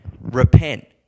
repent